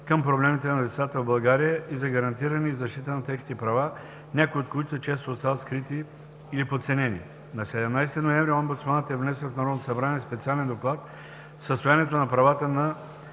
към проблемите на децата в България и за гарантиране и защита на техните права, някои от които често остават скрити или подценени. На 17 ноември омбудсманът е внесъл в Народното събрание специален доклад „Състоянието на правата на